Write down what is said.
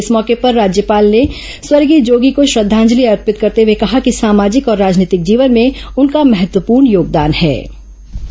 इस मौके पर राज्यपाल ने स्वर्गीय जोगी को श्रद्धांजलि अर्पित करने हुए कहा कि सामाजिक और राजनीतिक जीवन में उनका महत्वपूर्ण योगदान है जिसे छत्तीसगढ हमेशा याद करेगा